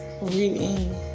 reading